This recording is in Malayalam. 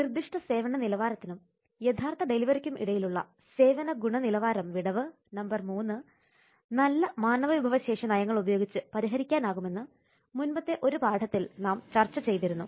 നിർദിഷ്ട സേവന നിലവാരത്തിനും യഥാർത്ഥ ഡെലിവറിക്കും ഇടയിലുള്ള സേവന ഗുണനിലവാരം വിടവ് നമ്പർ 3 നല്ല മാനവവിഭവശേഷി നയങ്ങൾ ഉപയോഗിച്ചു പരിഹരിക്കാനാകുമെന്ന് മുമ്പത്തെ ഒരു പാഠത്തിൽ നാം ചർച്ച ചെയ്തിരുന്നു